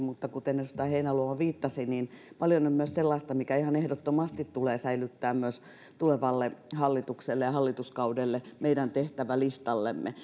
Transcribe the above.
mutta kuten edustaja heinäluoma viittasi niin paljon on myös sellaista mikä ihan ehdottomasti tulee säilyttää myös tulevalle hallitukselle ja hallituskaudelle meidän tehtävälistallemme